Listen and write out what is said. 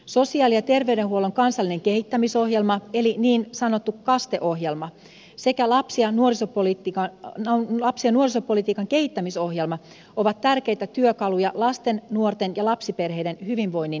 sosiaali ja terveydenhuollon kansallinen kehittämisohjelma eli niin sanottu kaste ohjelma sekä lapsi ja nuorisopolitiikan kehittämisohjelma ovat tärkeitä työkaluja lasten nuorten ja lapsiperheiden hyvinvoinnin edistämisessä